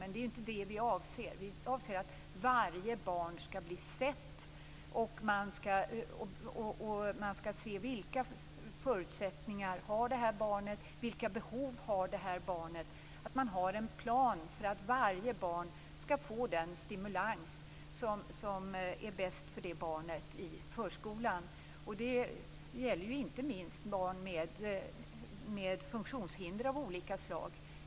Men det är ju inte det som vi avser, utan vi avser att varje barn skall bli sett och att man skall se vilka förutsättningar och behov ett barn har. Det skall finnas en plan för att varje barn skall få den stimulans som är bäst för barnet i förskolan. Det gäller inte minst barn med funktionshinder av olika slag.